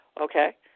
okay